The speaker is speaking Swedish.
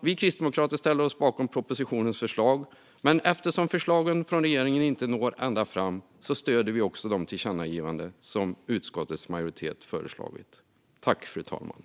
Vi kristdemokrater ställer oss bakom propositionens förslag, men eftersom förslagen från regeringen inte når ända fram stöder vi också de tillkännagivanden som utskottets majoritet har föreslagit.